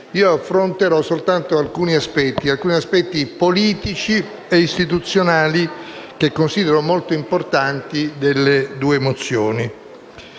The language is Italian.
Affronterò solo alcuni aspetti politici e istituzionali che considero molto importanti delle due mozioni.